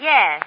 Yes